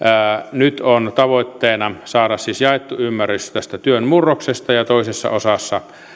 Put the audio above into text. nyt on tavoitteena saada siis jaettu ymmärrys tästä työn murroksesta toisessa osassa